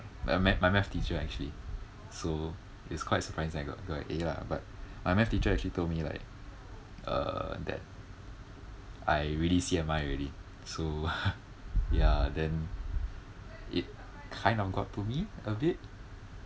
my math my math teacher actually so it's quite surprising I got got A lah but my math teacher actually told me like uh that I really C_M_I already so ya then it kind of got to me a bit